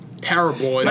terrible